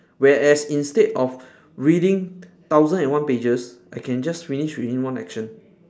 whereas instead of reading thousand and one pages I can just finish within one action